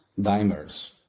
dimers